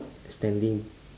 standing